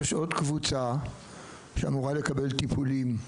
יש עוד קבוצה שאמורה לקבל טיפולים,